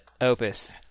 opus